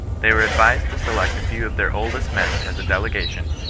they were advised to select a few of their oldest men as a delegation,